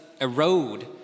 erode